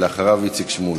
אחריה, איציק שמולי.